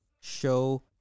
show